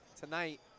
tonight